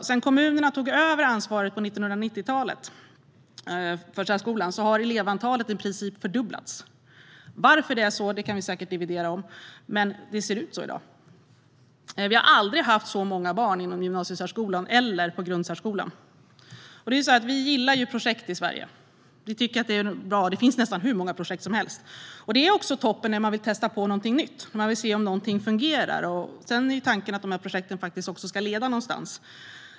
Sedan kommunerna tog över ansvaret för särskolan på 1990-talet har elevantalet i princip fördubblats. Varför det är så kan vi säkert dividera om, men det är så det ser ut. Vi har aldrig haft så många barn inom gymnasiesärskolan eller på grundsärskolan. Vi gillar ju projekt i Sverige. Vi tycker att det är bra. Det finns nästan hur många projekt som helst. Det är toppen när man vill testa någonting nytt och se om det fungerar. Sedan är tanken att projekten också ska leda någonstans.